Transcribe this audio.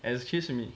excuse me